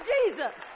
Jesus